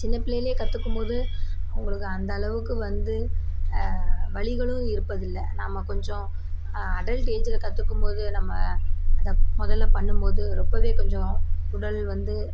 சின்ன பிள்ளையில் கற்றுக்கும் போது அவங்களுக்கு அந்தளவுக்கு வந்து வலிகள் இருப்பது இல்லை நம்ம கொஞ்சம் அடல்ட் ஏஜில் கற்றுக்கும் போது நம்ம அதை முதல்ல பண்ணும் போது ரொம்ப கொஞ்சம் உடல் வந்து